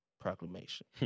Proclamation